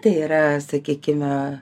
tai yra sakykime